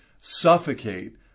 suffocate